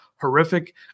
horrific